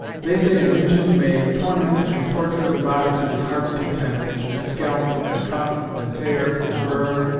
they say an injin may torment and tortur' the body to his heart's content, and scalp, and cut, and tear, and burn,